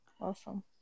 awesome